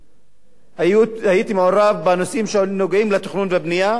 שכאשר הייתי מעורב בנושאים שנוגעים לתכנון ובנייה